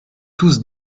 tous